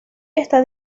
está